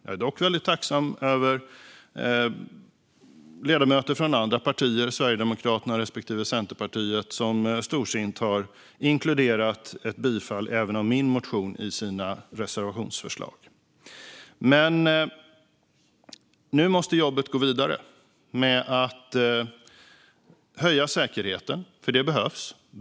Jag är dock tacksam över att ledamöter från andra partier, Sverigedemokraterna respektive Centerpartiet, storsint har inkluderat bifall till även min motion i sina reservationsförslag. Nu måste jobbet gå vidare med att höja säkerheten. Det behövs.